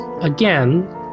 again